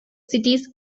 cities